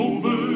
Over